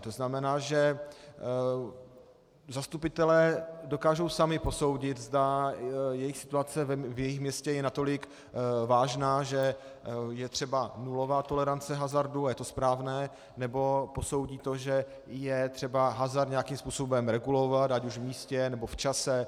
To znamená, že zastupitelé dokážou sami posoudit, zda situace v jejich městě je natolik vážná, že je třeba nulová tolerance hazardu, a je to správné, nebo posoudí to, že je třeba hazard nějakým způsobem regulovat, ať už v místě, nebo čase.